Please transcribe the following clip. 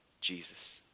Jesus